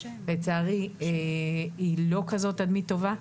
לצערי היא לא כזאת תדמית טובה.